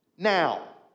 now